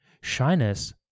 shyness